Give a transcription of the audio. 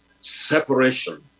separation